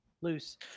loose